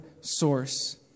source